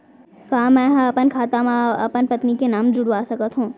का मैं ह अपन खाता म अपन पत्नी के नाम ला जुड़वा सकथव?